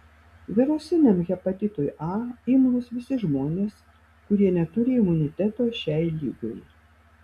virusiniam hepatitui a imlūs visi žmonės kurie neturi imuniteto šiai ligai